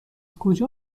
کجا